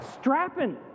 strapping